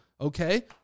Okay